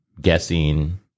guessing